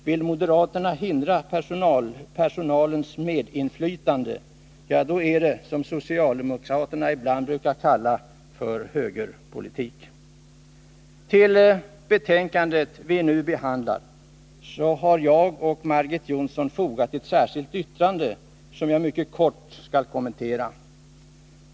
Vill moderaterna hindra personalens medinflytande, ja, då är det vad socialdemokraterna ibland brukar kalla för högerpolitik. Till det betänkande vi nu behandlar har jag och Margit Jonsson fogat ett särskilt yttrande, som jag mycket kort skall kommentera.